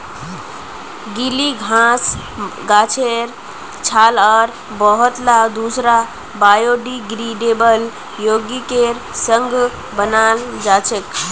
गीली घासक गाछेर छाल आर बहुतला दूसरा बायोडिग्रेडेबल यौगिकेर संग बनाल जा छेक